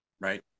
Right